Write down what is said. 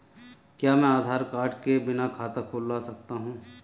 क्या मैं आधार कार्ड के बिना खाता खुला सकता हूं?